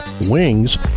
wings